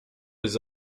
his